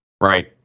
Right